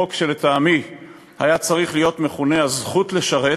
חוק שלטעמי היה צריך להיות מכונה "הזכות לשרת",